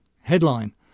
Headline